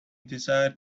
desire